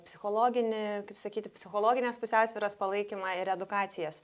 psichologinį kaip sakyti psichologinės pusiausvyros palaikymą ir edukacijas